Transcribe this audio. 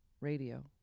radio